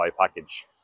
package